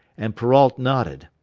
and perrault nodded.